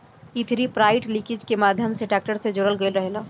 इ three point linkage के माध्यम से ट्रेक्टर से जोड़ल गईल रहेला